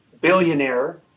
billionaire